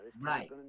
Right